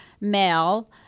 male